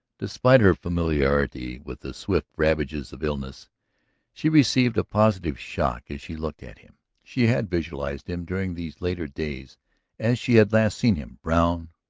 despite her familiarity with the swift ravages of illness she received a positive shock as she looked at him she had visualized him during these latter days as she had last seen him, brown,